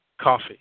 coffee